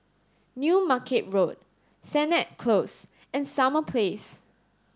New Market Road Sennett Close and Summer Place